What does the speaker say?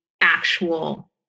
actual